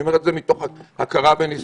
אני אומר את זה מתוך הכרה וניסיון.